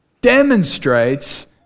demonstrates